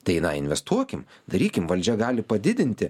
tai investuokim darykim valdžia gali padidinti